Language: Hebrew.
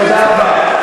תודה רבה.